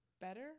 better